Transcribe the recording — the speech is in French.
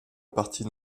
partie